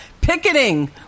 picketing